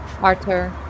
arthur